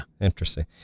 Interesting